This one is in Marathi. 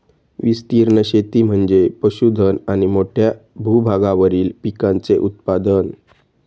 विस्तीर्ण शेती म्हणजे पशुधन आणि मोठ्या भूभागावरील पिकांचे उत्पादन